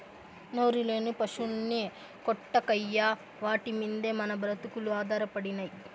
నోరులేని పశుల్ని కొట్టకయ్యా వాటి మిందే మన బ్రతుకులు ఆధారపడినై